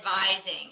advising